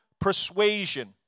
persuasion